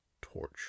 torch